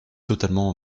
totalement